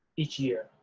each year.